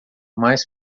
mais